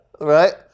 Right